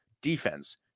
defense